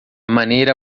maneira